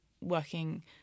working